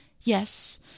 yes